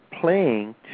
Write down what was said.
playing